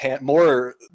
more